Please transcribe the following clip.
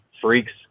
freaks